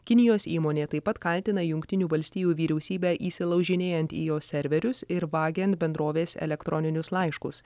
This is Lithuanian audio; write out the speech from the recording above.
kinijos įmonė taip pat kaltina jungtinių valstijų vyriausybę įsilaužinėjant į jos serverius ir vagiant bendrovės elektroninius laiškus